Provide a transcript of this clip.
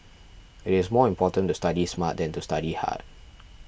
it is more important to study smart than to study hard